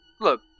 Look